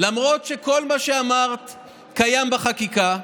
למרות שכל מה שאמרת קיים בחקיקה,